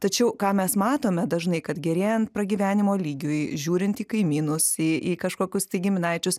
tačiau ką mes matome dažnai kad gerėjant pragyvenimo lygiui žiūrint į kaimynus į į kažkokius tai giminaičius